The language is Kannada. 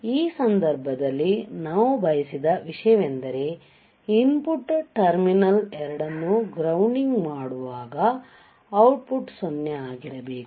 ಈ ಸಂದರ್ಭದಲ್ಲಿ ನಾವು ಬಯಸಿದ ವಿಷಯವೆಂದರೆ ಇನ್ಪುಟ್ ಟರ್ಮಿನಲ್ ಎರಡನ್ನೂ ಗ್ರೌಂಡಿಂಗ್ ಮಾಡುವಾಗ ಔಟ್ಪುಟ್ 0 ಆಗಿರಬೇಕು